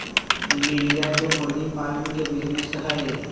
लिलिया के मुर्गी पालन के बिजीनेस हई